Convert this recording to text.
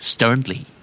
Sternly